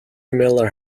miller